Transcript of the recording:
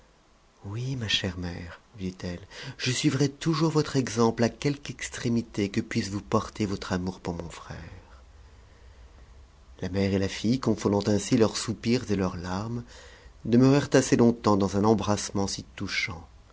oui ma chère nière lui dit-elle je suivrai toujours votre exemple à quelque extrétuité que puisse vous porter votre amour pour mon frère la mère et la fille confondant ainsi leurs soupirs et leurs larmes demeurèrent assez longtemps dans un embrassement si touchant